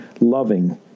loving